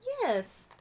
Yes